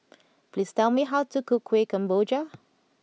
please tell me how to cook Kuih Kemboja